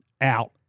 out